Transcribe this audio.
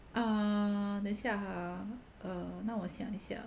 ah 等一下 ha err 让我想一下